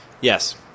Yes